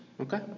okay